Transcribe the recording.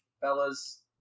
fellas